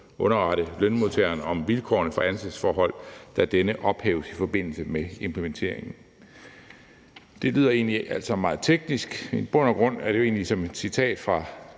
underrette lønmodtageren om vilkårene for ansættelsesforholdet, da denne ophæves i forbindelse med implementeringen. Det lyder alt sammen meget teknisk, men i bund og grund er det jo egentlig ligesom et citat fra